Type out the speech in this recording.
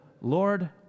Lord